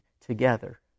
together